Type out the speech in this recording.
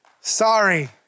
Sorry